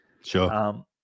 Sure